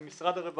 זה משרד הרווחה,